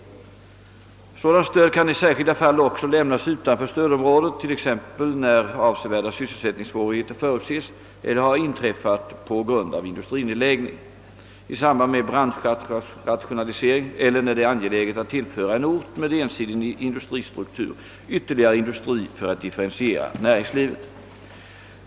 Lokaliseringsstöd kan i särskilda fall också lämnas utanför stödområdet, t.ex. när avsevärda sysselsättningssvårigheter förutses eller har inträffat på grund av industrinedläggning i samband med branschrationalisering eller när det är angeläget att tillföra en ort med ensidig industristruktur ytterligare industri för att differentiera näringslivet.